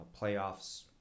playoffs